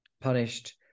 punished